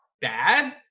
bad